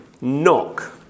Knock